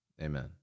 Amen